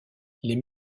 les